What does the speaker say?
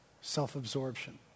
self-absorption